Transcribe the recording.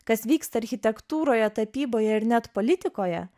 kas vyksta architektūroje tapyboje ir net politikoje